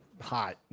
hot